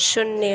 शून्य